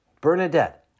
Bernadette